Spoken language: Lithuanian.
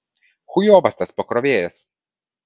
chujovas tas pakrovėjas